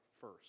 first